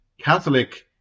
Catholic